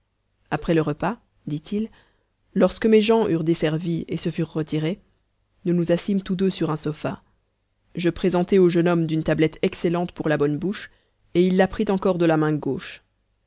après le repas ditil lorsque mes gens eurent desservi et se furent retirés nous nous assîmes tous deux sur un sofa je présentai au jeune homme d'une tablette excellente pour la bonne bouche et il la prit encore de la main gauche